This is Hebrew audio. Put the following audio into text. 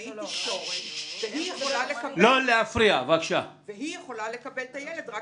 לקלינאית תקשורת והיא יכולה לקבל את הילד רק